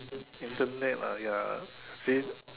Internet ah ya seen